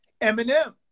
Eminem